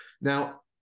Now